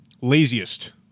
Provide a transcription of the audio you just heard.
laziest